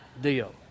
deal